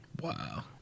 Wow